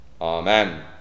Amen